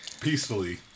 peacefully